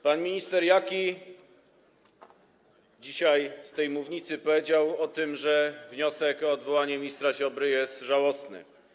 Pan minister Jaki dzisiaj z tej mównicy powiedział, że wniosek o odwołanie ministra Ziobry jest żałosny.